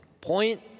point